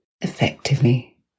effectively